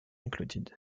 included